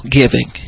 giving